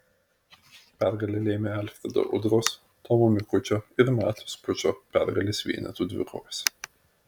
pergalę lėmė alfredo udros tomo mikučio ir mato skučo pergalės vienetų dvikovose